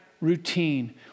routine